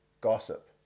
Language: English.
gossip